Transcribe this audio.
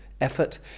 effort